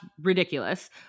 ridiculous